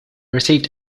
received